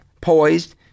poised